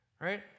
right